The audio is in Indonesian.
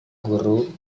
guru